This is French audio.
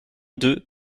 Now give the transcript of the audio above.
deux